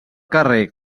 carrer